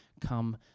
come